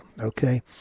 Okay